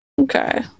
Okay